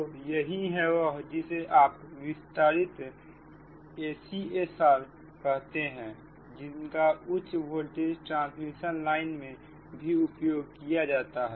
तो यही है वह जिसे आप विस्तृत ACSR कहते हैं जिनका उच्च वोल्टेज ट्रांसमिशन लाइन में भी उपयोग किया जाता है